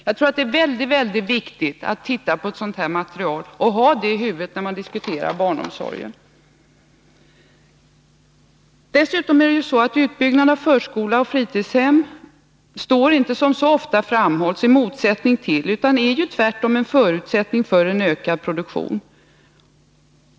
Jag tror att det är mycket viktigt att se på ett sådant här material och ha det i huvudet när man diskuterar barnomsorgen. Dessutom står inte utbyggnad av förskolor och fritidshem, som mycket ofta framhålls, i motsättning till utan är tvärtom en förutsättning för en ökad produktion.